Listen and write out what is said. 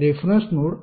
reference node आहे